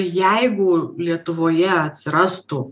jeigu lietuvoje atsirastų